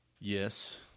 Yes